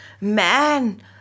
Man